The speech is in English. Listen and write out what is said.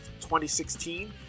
2016